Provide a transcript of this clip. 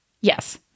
Yes